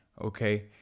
okay